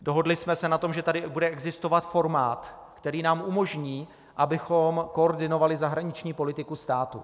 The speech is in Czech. Dohodli jsme se na tom, že tady bude existovat formát, který nám umožní, abychom koordinovali zahraniční politiku státu.